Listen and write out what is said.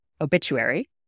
obituary